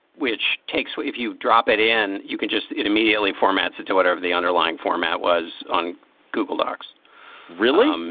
which takes. what if you drop it in. you can just it immediately formats it to whatever the underlying format was on google docs really. um